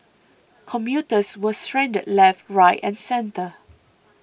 commuters were stranded left right and centre